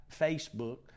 Facebook